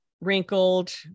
wrinkled